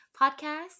podcast